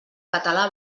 català